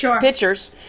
pictures